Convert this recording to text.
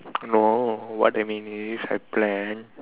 no what I mean is I plan